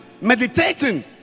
meditating